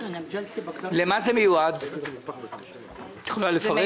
--- למה זה מיועד, את יכולה לפרט?